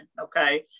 Okay